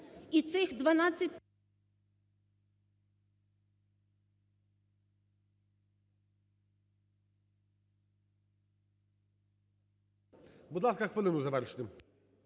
Будь ласка, хвилину завершити.